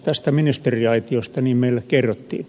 tästä ministeriaitiosta niin meille kerrottiin